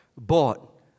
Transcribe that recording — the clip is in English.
Bought